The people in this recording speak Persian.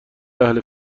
اهل